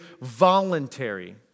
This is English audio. voluntary